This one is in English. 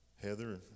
Heather